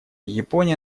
япония